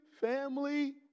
Family